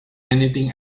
anything